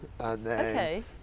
Okay